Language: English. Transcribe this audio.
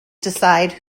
decide